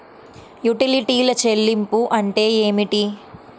యుటిలిటీల చెల్లింపు అంటే ఏమిటి?